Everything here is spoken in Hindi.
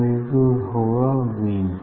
मैग्नीट्यूड होगा वी